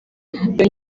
yongeye